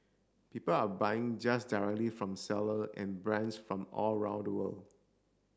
people are buying just directly from seller and brands from all around the world